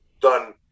done